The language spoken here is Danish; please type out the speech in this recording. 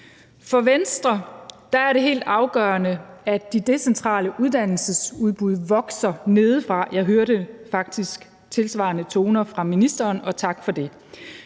For Venstre er det helt afgørende, at de decentrale uddannelsesudbud vokser nedefra. Jeg hørte faktisk tilsvarende toner fra ministeren, og tak for det.